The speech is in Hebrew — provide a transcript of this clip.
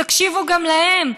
תקשיבו גם להם.